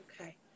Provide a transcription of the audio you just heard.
Okay